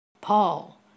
Paul